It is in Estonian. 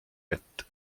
vett